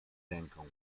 ręką